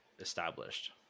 established